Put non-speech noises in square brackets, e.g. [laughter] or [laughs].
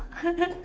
[laughs]